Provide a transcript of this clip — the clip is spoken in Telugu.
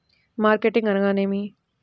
మార్కెటింగ్ అనగానేమి?